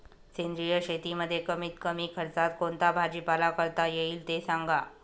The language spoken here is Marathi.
सेंद्रिय शेतीमध्ये कमीत कमी खर्चात कोणता भाजीपाला करता येईल ते सांगा